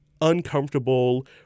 uncomfortable